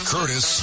Curtis